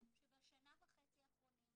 שבשנה וחצי האחרונות